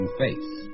face